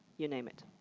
you name it.